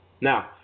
Now